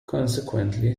consequently